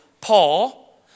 Paul